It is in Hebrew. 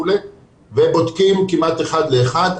ובודקים כמעט אחד לאחד,